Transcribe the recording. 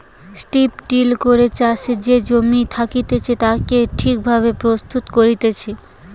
strip till করে চাষের যে জমি থাকতিছে তাকে ঠিক ভাবে প্রস্তুত করতিছে